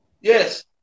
Yes